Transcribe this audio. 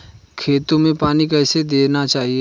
खेतों में पानी कैसे देना चाहिए?